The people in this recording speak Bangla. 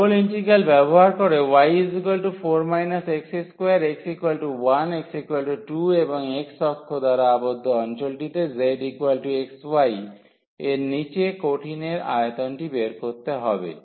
ডাবল ইন্টিগ্রাল ব্যবহার করে y4 x2x1x2 এবং x অক্ষ দ্বারা আবদ্ধ অঞ্চলটিতে z xy এর নীচে কঠিনের আয়তনটি বের করতে হবে